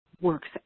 works